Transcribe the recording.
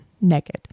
naked